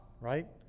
right